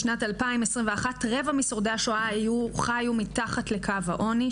בשנת 2021 רבע משורדי השואה חיו מתחת לקו העוני,